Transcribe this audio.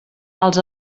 els